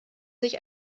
sich